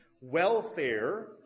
welfare